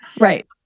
right